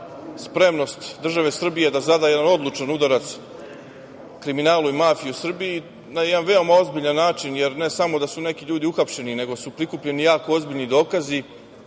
spremnost države Srbije da zada jedan odlučan udarac kriminalu i mafiji u Srbiji na jedan veoma ozbiljan način, jer ne samo da su neki ljudi uhapšeni nego su prikupljeni jako ozbiljni dokazi